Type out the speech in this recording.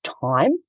time